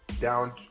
down